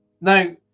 now